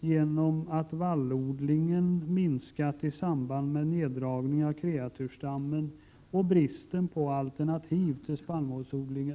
beroende på att vallodlingen minskat i samband med neddragning av kreaturstammen och bristen på alternativ till spannmålsodling.